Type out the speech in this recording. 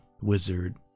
wizard